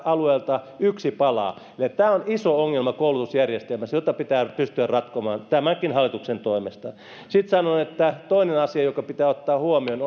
alueelta yksi palaa tämä on iso ongelma koulutusjärjestelmässä ja sitä pitää pystyä ratkomaan tämänkin hallituksen toimesta toinen asia joka pitää ottaa huomioon